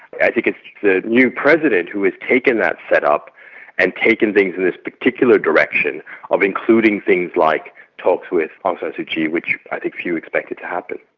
i think it's the new president who has taken that setup and taken things in this particular direction of including things like talks with aung san so suu kyi, which i think few expected to happen.